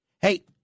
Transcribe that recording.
Hey